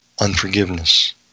unforgiveness